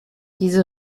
diese